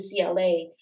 UCLA